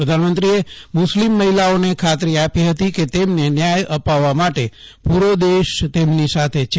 પ્રધાનમંત્રીએ મુસ્લીમ મહિલાઓને ખાતરી આપી હતી કે તેમને ન્યાય અપાવવા માટે પુરો દેશ તેમની સાથે છે